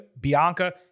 Bianca